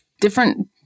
different